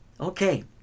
Okay